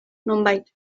nonbait